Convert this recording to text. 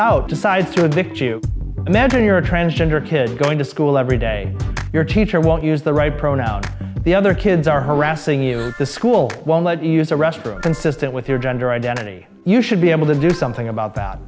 out decides to addict you imagine you're a transgender kid going to school every day your teacher won't use the right pronoun the other kids are harassing you the school won't let you use a restroom consistent with your gender identity you should be able to do something about that